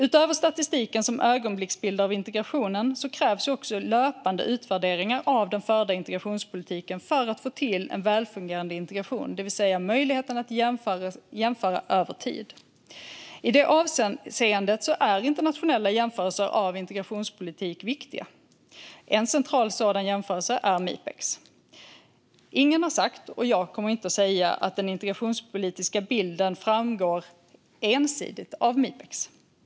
Utöver statistiken som ögonblicksbild av integrationen krävs också löpande utvärderingar av den förda integrationspolitiken för att få till en välfungerande integration, det vill säga möjlighet att jämföra över tid. I det avseendet är internationella jämförelser av integrationspolitik viktiga. En central sådan jämförelse är Mipex. Ingen har sagt, och jag kommer inte att säga, att den integrationspolitiska bilden framgår entydigt av Mipex.